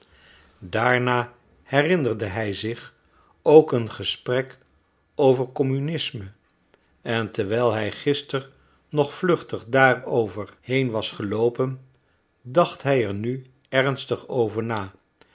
daarna herinnerde hij zich ook een gesprek over communisme en terwijl hij gister nog vluchtig daarover heen was geloopen dacht hij er nu ernstig over na